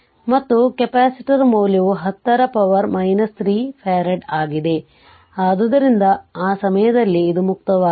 ಮತ್ತು ಕೆಪಾಸಿಟರ್ ಮೌಲ್ಯವು 10 ರ ಪವರ್ 3 ಫರಾಡ್ ಆಗಿದೆ ಆದ್ದರಿಂದ ಆ ಸಮಯದಲ್ಲಿ ಇದು ಮುಕ್ತವಾಗಿತ್ತು